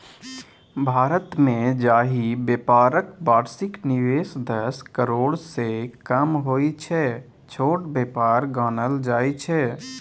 भारतमे जाहि बेपारक बार्षिक निबेश दस करोड़सँ कम होइ छै छोट बेपार गानल जाइ छै